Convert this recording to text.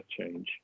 change